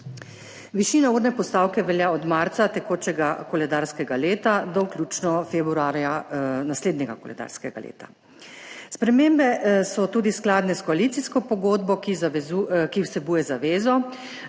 Višina urne postavke, velja od marca tekočega koledarskega leta do vključno februarja naslednjega koledarskega leta. Spremembe so tudi skladne s koalicijsko pogodbo, ki za, ki vsebuje zavezo